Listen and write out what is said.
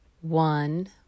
one